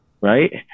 right